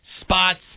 spots